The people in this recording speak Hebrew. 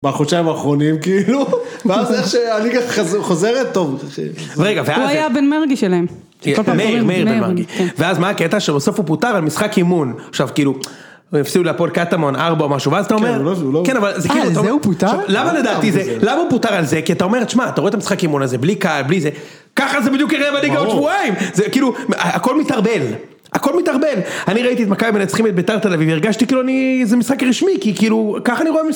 בחודשיים האחרונים, כאילו, ואז איך שאני ככה חוזרת טוב. הוא היה בן מרגי שלהם. מאיר בן מרגי. ואז מה הקטע? שבסוף הוא פוטר על משחק אימון. עכשיו כאילו, הם הפסידו להפועל קטמון, ארבע או משהו, ואז אתה אומר, אה, זהו פוטר? למה לדעתי זה? למה הוא פוטר על זה? כי אתה אומרת, שמע, אתה רואה את המשחק אימון הזה, בלי קהל, בלי זה. ככה זה בדיוק ייראה עוד שבועיים. זה כאילו, הכל מתערבל. הכל מתערבל. אני ראיתי את מכבי מנצחים את ביתר תל אביב, והרגשתי כאילו אני, זה משחק רשמי, כי כאילו, ככה אני רואה משחק.